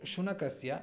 शुनकस्य